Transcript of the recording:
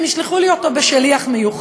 הם ישלחו לי אותו עם שליח מיוחד.